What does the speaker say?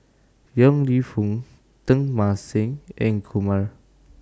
Yong Lew Foong Teng Mah Seng and Kumar